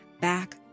back